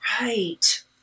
Right